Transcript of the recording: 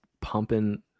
pumping